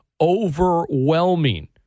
overwhelming